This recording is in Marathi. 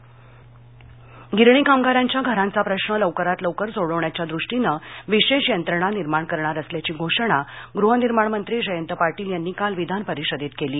जयंत पाटील गिरणी कामगारांच्या घरांचा प्रश्न लवकरात लवकर सोडवण्याच्या द्रष्टीनं विशेष यंत्रणा निर्माण करणार असल्याची घोषणा गृहनिर्माण मंत्री जयंत पाटील यांनी काल विधानपरिषदेत केली